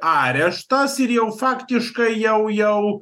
areštas ir jau faktiškai jau jau